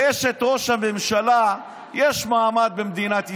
לאשת ראש הממשלה יש מעמד במדינת ישראל,